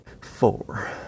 four